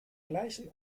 gleichen